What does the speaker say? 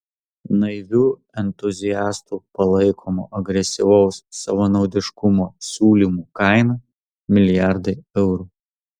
naivių entuziastų palaikomo agresyvaus savanaudiškumo siūlymų kaina milijardai eurų